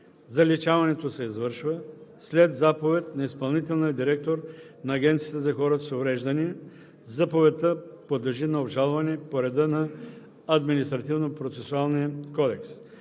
Заличаването се извършва след заповед на изпълнителния директор на Агенцията за хората с увреждания. Заповедта подлежи на обжалване по реда на Административнопроцесуалния кодекс.“